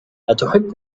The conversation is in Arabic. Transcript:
أتحب